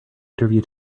interview